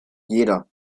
jeder